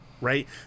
right